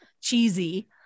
cheesy